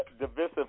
divisive